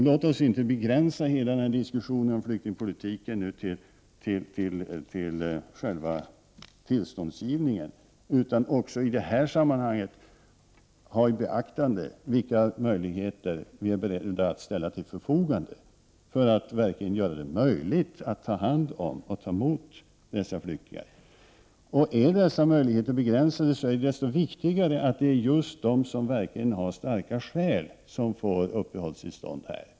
Låt oss inte nu begränsa diskussionen om flyktingpolitiken till själva tillståndsgivningen utan också i detta sammanhang ha i beaktande vilka möjligheter vi är beredda att ställa till förfogande för att ta emot och ta hand om dessa flyktingar. Är dessa möjligheter begränsade, är det desto viktigare att det är just de som har starka skäl som får uppehållstillstånd här.